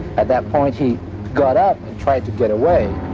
at that point, he got up and tried to get away,